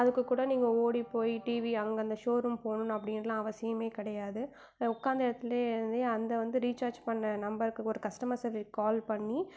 அதுக்கு கூட நீங்கள் ஓடி போய் டிவி அங்கே அந்த ஷோரூம் போகணுன்னு அப்படின்னுலாம் அவசியமே கிடையாது உட்காந்த இடத்துலே அந்த வந்து ரீசார்ஜ் பண்ண நம்பருக்கு ஒரு கஸ்டமர் சர்வீஸ் கால் பண்ணி